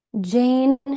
Jane